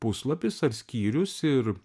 puslapis ar skyrius ir